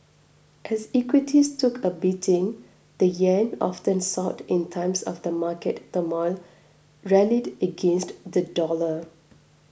as equities took a beating the yen often sought in times of the market turmoil rallied against the dollar